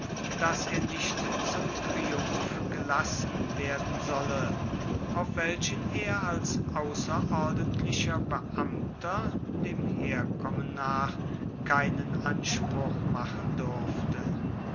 daß er nicht zum triumph gelassen werden solle auf welchen er als außerordentlicher beamter dem herkommen nach keinen anspruch machen durfte